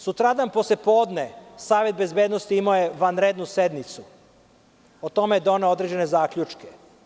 Sutradan posle podne Savet bezbednosti imao je vanrednu sednicu i o tome je doneo određene zaključke.